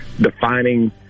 defining